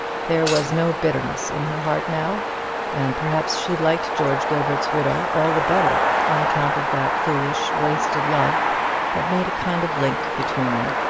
there was no bitterness in her heart now and perhaps she liked george gilbert's widow all the better on account of that foolish wasted love that made a kind of link between them.